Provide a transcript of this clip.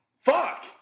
Fuck